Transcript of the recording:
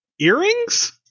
earrings